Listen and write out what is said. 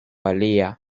alia